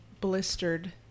Blistered